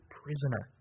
prisoner